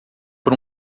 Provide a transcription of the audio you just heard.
por